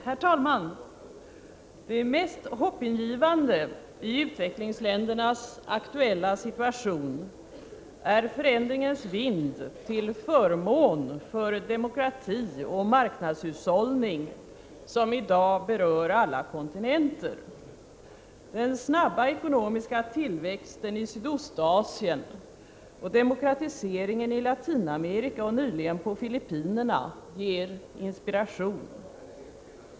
Herr talman! Det mest hoppingivande i utvecklingsländernas aktuella situation är förändringens vind till förmån för demokrati och marknadshushållning som i dag berör alla kontinenter. Den snabba ekonomiska tillväxten i Sydostasien och demokratiseringen i Latinamerika och nyligen på Filippinerna ger inspiration.